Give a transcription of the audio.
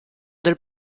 del